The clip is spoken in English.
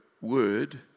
word